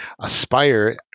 Aspire